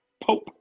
Pope